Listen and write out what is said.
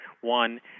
One